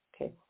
Okay